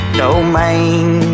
domain